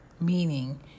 Meaning